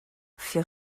fit